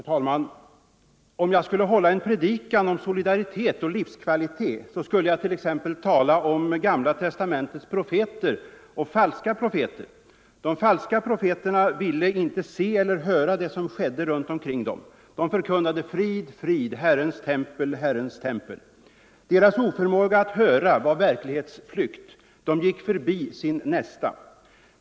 Herr talman! Om jag skulle hålla en predikan om solidaritet och livskvalitet skulle jag t.ex. tala om Gamla testamentets profeter och falska profeter. De falska profeterna ville inte se eller höra det som skedde runt omkring dem. De förkunnade: Frid, frid, Herrens tempel, Herrens tempel. Deras oförmåga att höra var verklighetsflykt. De gick förbi sin nästa.